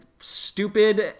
stupid